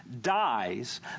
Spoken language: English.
dies